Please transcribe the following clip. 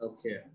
Okay